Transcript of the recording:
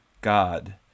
God